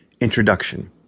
Introduction